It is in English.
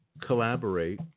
collaborate